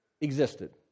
existed